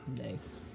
nice